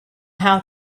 how